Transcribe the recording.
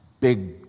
big